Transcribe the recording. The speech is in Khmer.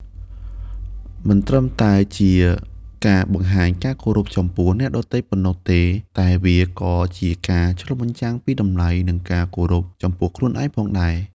មិនត្រឹមតែជាការបង្ហាញការគោរពចំពោះអ្នកដទៃប៉ុណ្ណោះទេ តែវាក៏ជាការឆ្លុះបញ្ចាំងពីតម្លៃ និងការគោរពចំពោះខ្លួនឯងផងដែរ។